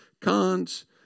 Cons